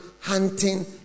hunting